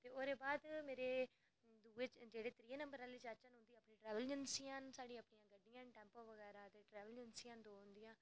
ते ओह्दे बाद जेह्ड़े मेरे दूऐ जेह्ड़े त्रीए नंबर आह्ले चाच न उंदी अपनी ट्रेवल एजेंसियां न साढ़ियां अपनियां गड्डियां न टैम्पो बगैरा ते दौ उंदियां ट्रैवल एजेंसियां न अपनियां उंदियां